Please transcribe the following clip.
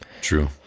true